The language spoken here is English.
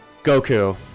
Goku